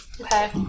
Okay